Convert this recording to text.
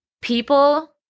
People